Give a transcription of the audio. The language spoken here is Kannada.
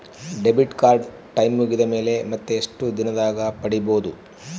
ಡೆಬಿಟ್ ಕಾರ್ಡ್ ಟೈಂ ಮುಗಿದ ಮೇಲೆ ಮತ್ತೆ ಎಷ್ಟು ದಿನದಾಗ ಪಡೇಬೋದು?